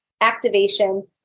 activation